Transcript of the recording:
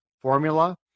formula